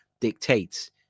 dictates